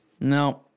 No